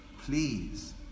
please